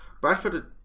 Bradford